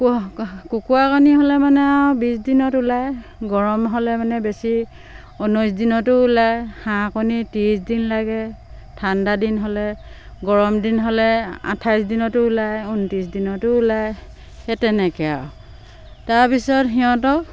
কুকুৰা কণী হ'লে মানে আৰু বিছ দিনত ওলায় গৰম হ'লে মানে বেছি ঊনৈছ দিনতো ওলায় হাঁহ কণী ত্ৰিছ দিন লাগে ঠাণ্ডা দিন হ'লে গৰম দিন হ'লে আঠাইছ দিনতো ওলায় ঊনত্ৰিছ দিনতো ওলায় সেই তেনেকে আৰু তাৰপিছত সিহঁতক